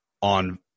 on